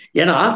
Yana